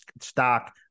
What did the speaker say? stock